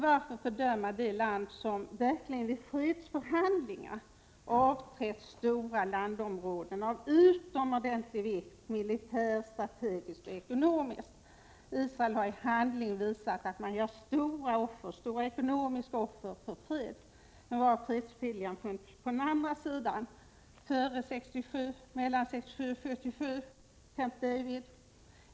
Varför fördöma det land som verkligen vid fredsförhandlingar avträtt stora landområden av utomordentlig vikt i militär-strategiskt och ekonomiskt avseende? Israel har i handling visat att man gör stora ekonomiska offer för fred. Men var fanns fredsviljan på arabsidan före 1967 och fram till 1977? Reaktionerna på Camp David-avtalet har jag redan nämnt.